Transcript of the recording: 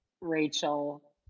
Rachel